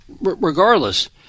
Regardless